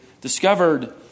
discovered